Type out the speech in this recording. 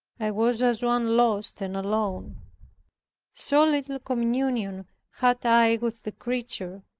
i was as one lost, and alone so little communion had i with the creature,